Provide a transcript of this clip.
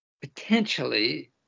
potentially